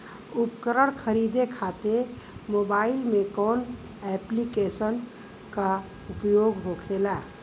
उपकरण खरीदे खाते मोबाइल में कौन ऐप्लिकेशन का उपयोग होखेला?